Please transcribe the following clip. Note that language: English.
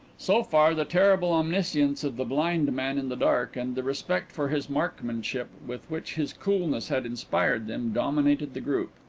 so far the terrible omniscience of the blind man in the dark and the respect for his markmanship with which his coolness had inspired them, dominated the group.